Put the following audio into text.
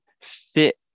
fit